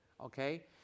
Okay